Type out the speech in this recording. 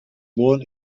born